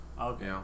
Okay